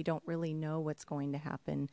we don't really know what's going to happen